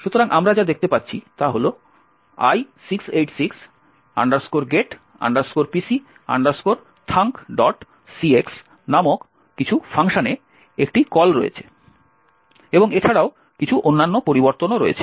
সুতরাং আমরা যা দেখতে পাচ্ছি তা হল i686 get pc thunkcx নামক কিছু ফাংশনে একটি কল রয়েছে এবং এছাড়াও কিছু অন্যান্য পরিবর্তনও রয়েছে